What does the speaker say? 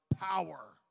power